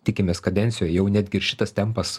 tikimės kadencijoj jau netgi ir šitas tempas